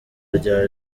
rya